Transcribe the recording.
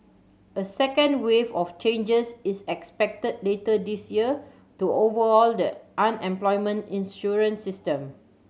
a second wave of changes is expected later this year to overhaul the unemployment insurance system